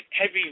heavy